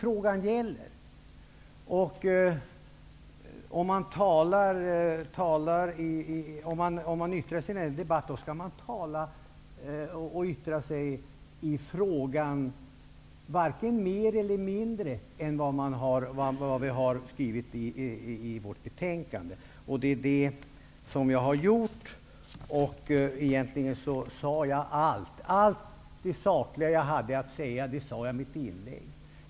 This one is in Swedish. Det är det frågan gäller. Om man yttrar sig i en debatt skall man tala i frågan, varken i mer eller mindre än vi har skrivit i vårt betänkande. Det är det som jag har gjort. Allt det sakliga jag hade att säga nämnde jag i mitt inlägg.